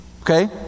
Okay